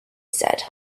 said